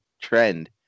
trend